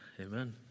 amen